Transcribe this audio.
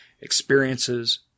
experiences